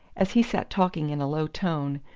as he sat talking in a low tone,